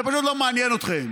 זה פשוט לא מעניין אתכם.